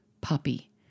puppy